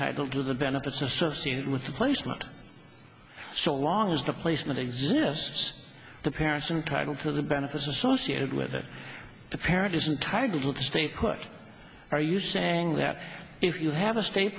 l do the benefits associated with the placement so long as the placement exists the parents entitle to the benefits associated with the parent isn't tied look stay put are you saying that if you have a state